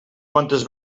quantes